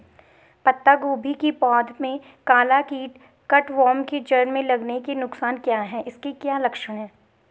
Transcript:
पत्ता गोभी की पौध में काला कीट कट वार्म के जड़ में लगने के नुकसान क्या हैं इसके क्या लक्षण हैं?